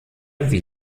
wie